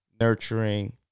nurturing